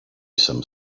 some